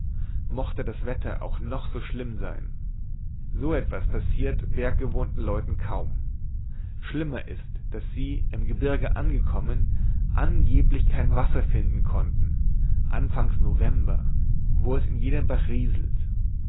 mochte das wetter auch noch so schlimm sein so etwas passiert berggewohnten leuten kaum schlimmer ist daß sie im gebirge angekommen angeblich kein wasser finden konnten anfangs november wo es in jedem bach rieselt